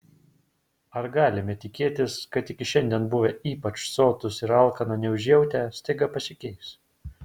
ar galime tikėtis kad iki šiandien buvę ypač sotūs ir alkano neužjautę staiga pasikeis